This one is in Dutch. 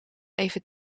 even